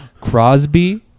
Crosby